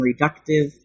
reductive